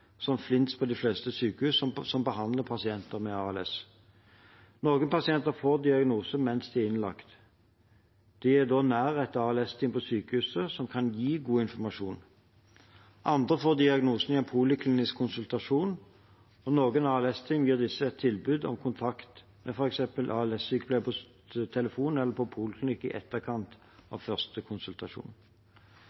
som finnes på de fleste sykehus som behandler pasienter med ALS. Noen pasienter får diagnosen mens de er innlagt. De er da nær et ALS-team på sykehuset, som kan gi god informasjon. Andre får diagnosen i en poliklinisk konsultasjon, og noen ALS-team gir disse et tilbud om kontakt med f.eks. ALS-sykepleier på telefon eller på poliklinikk i etterkant